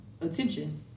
attention